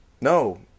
No